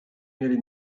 mieli